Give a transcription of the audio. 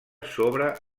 sobre